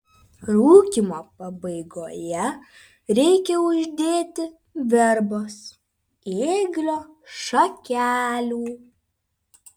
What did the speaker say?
rūkymo pabaigoje reikia uždėti verbos ėglio šakelių